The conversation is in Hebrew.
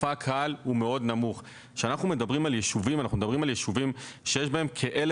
גם שכונות כמו